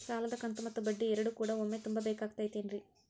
ಸಾಲದ ಕಂತು ಮತ್ತ ಬಡ್ಡಿ ಎರಡು ಕೂಡ ಒಮ್ಮೆ ತುಂಬ ಬೇಕಾಗ್ ತೈತೇನ್ರಿ?